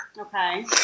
Okay